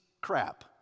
crap